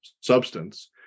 substance